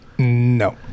No